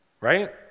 Right